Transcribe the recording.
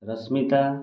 Rashmita